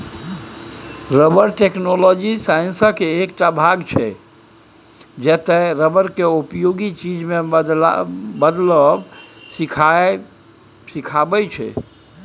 rubber technology साइंसक एकटा भाग छै जतय रबर केँ उपयोगी चीज मे बदलब सीखाबै छै